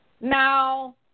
Now